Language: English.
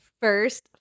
first